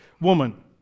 woman